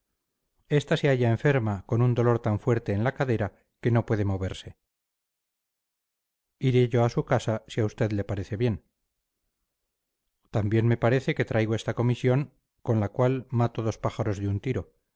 esta se halla enferma con un dolor tan fuerte en la cadera que no puede moverse iré yo a su casa si a usted le parece bien tan bien me parece que traigo esta comisión con la cual mato dos pájaros de un tiro